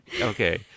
Okay